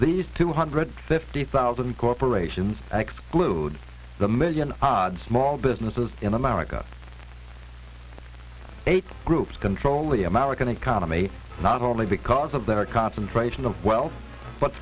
these two hundred fifty thousand corporations and exclude the million odd small businesses in america eight groups control the american economy not only because of their concentration of wealth